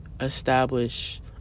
establish